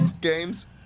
Games